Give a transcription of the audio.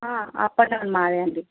up and down మావే అండి